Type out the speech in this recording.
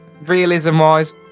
Realism-wise